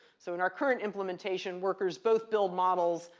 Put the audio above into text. so in our current implementation, workers both build models,